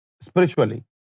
spiritually